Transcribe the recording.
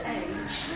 age